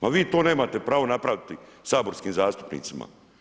Ma vi to nemate pravo napraviti saborskim zastupnicima.